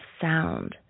sound